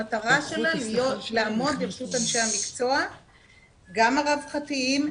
המטרה שלה לעמוד לרשות אנשי המקצוע גם הרווחתיים,